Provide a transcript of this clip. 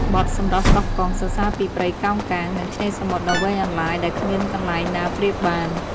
បទ «សម្រស់កោះកុង» សរសើរពីព្រៃកោងកាង និងឆ្នេរសមុទ្រដ៏វែងអន្លាយដែលគ្មានកន្លែងណាប្រៀបបាន។